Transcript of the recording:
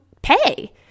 pay